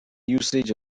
usage